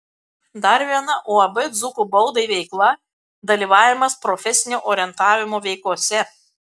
dar viena uab dzūkų baldai veikla dalyvavimas profesinio orientavimo veikose